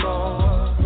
Lord